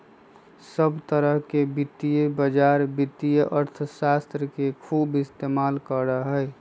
सब तरह के वित्तीय बाजार वित्तीय अर्थशास्त्र के खूब इस्तेमाल करा हई